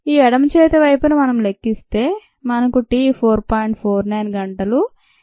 ఈ ఎడమచేతి వైపు ను మనం లెక్కిస్తే మనకు t 4